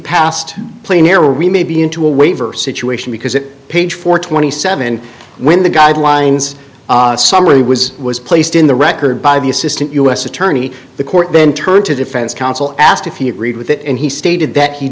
past playing here we may be into a waiver situation because it page four twenty seven when the guidelines summary was was placed in the record by the assistant u s attorney the court then turned to defense counsel asked if he agreed with it and he stated that he